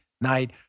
night